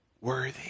worthy